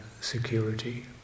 security